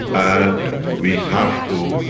and we have to,